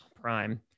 prime